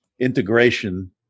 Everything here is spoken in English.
Integration